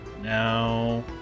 Now